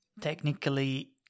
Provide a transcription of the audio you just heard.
technically